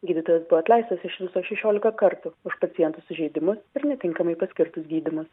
gydytojas buvo atleistas iš viso šešiolika kartų už paciento sužeidimus ir netinkamai paskirtus gydymus